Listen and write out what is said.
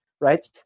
right